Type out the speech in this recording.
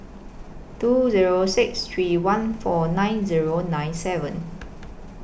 two Zero six three one four nine Zero nine seven